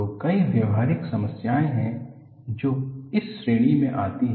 तो कई व्यावहारिक समस्याएं हैं जो इस श्रेणी में आती हैं